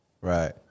Right